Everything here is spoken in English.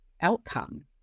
outcome